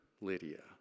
Lydia